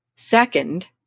Second